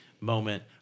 moment